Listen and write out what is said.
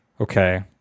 Okay